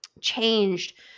changed